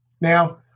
Now